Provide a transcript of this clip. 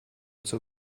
zur